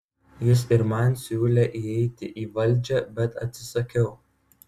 jis ir man siūlė įeiti į valdžią bet atsisakiau